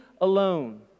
alone